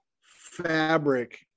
fabric